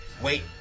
Wait